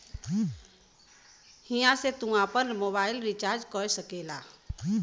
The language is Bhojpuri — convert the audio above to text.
हिया से तू आफन मोबाइल रीचार्ज कर सकेला